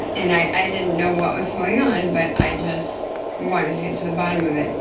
and i didn't know what was going on but i just wanted to get to the bottom of it.